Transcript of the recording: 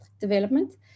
development